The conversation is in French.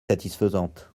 satisfaisante